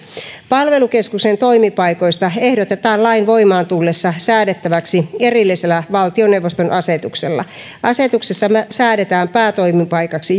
palvelukeskuksen toimipaikoista ehdotetaan lain voimaan tullessa säädettäväksi erillisellä valtioneuvoston asetuksella asetuksessa säädetään päätoimipaikaksi